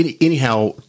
anyhow